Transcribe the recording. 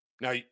Now